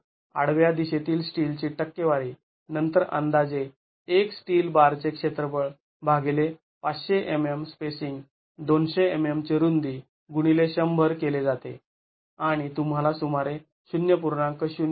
आणि आडव्या दिशेतील स्टीलची टक्केवारी नंतर अंदाजे १ स्टील बारचे क्षेत्रफळ भागिले ५०० mm स्पेसिंग २०० mm ची रुंदी गुणिले १०० केले जाते आणि आम्हाला सुमारे ०